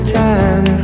time